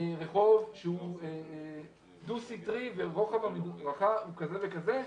רחוב שהוא דו סטרי ורוחב המדרכה הוא כזה וכזה,